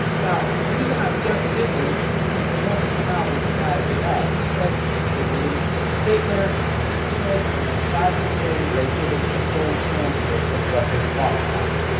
now, the reason i just did this is because they only come out with a five-year lag. the fed they released little statements, and then minutes, and then five years later, they give us the full transcripts of what they've talked about,